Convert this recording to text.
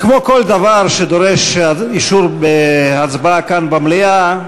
כמו כל דבר שדורש אישור בהצבעה כאן במליאה,